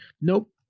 Nope